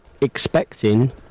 expecting